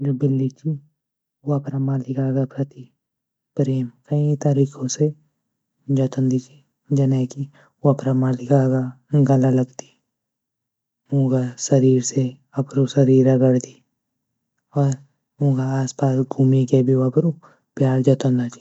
बिल्ली छ वो अपर मालिका की प्रति प्रेम कई तरीकों से जतन छ जने की वो अपर मालिका देखि क गला लगदी, शरीर से अपरू शरीर रगड़ दी और आस पास घूमी के भी वो अपडु प्यार जतन छन।